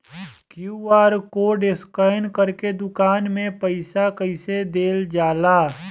QR code scan करके दुकान में पईसा कइसे देल जाला?